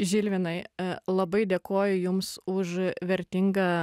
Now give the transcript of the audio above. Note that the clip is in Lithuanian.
žilvinai labai dėkoju jums už vertingą